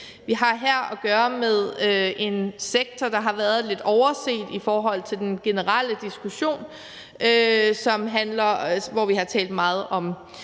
Vi har her at gøre med en sektor, der har været lidt overset i forhold til den generelle diskussion, hvor vi har talt meget om